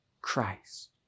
Christ